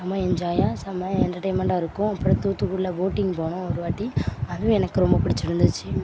செம என்ஜாயாக செம என்டர்டைமெண்ட்டாக இருக்கும் அப்புறம் தூத்துக்குடியில் போட்டிங் போனோம் ஒரு வாட்டி அதுவும் எனக்கு ரொம்ப பிடிச்சிருந்துச்சி